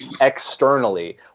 externally